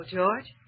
George